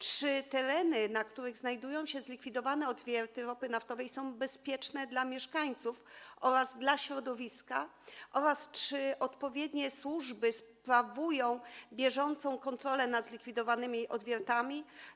Czy tereny, na których znajdują się zlikwidowane odwierty ropy naftowej, są bezpieczne dla mieszkańców oraz dla środowiska oraz czy odpowiednie służby sprawują bieżącą kontrolę nad zlikwidowanymi odwiertami?